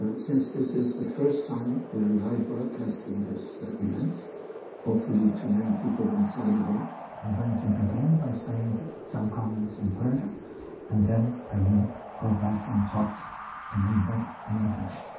since this is the first time we are live broadcasting this event hopefully too many people inside iran i'm going to begin by saying some comments in persian and then i will go back and talk a little bit in english.